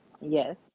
Yes